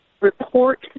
report